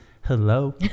hello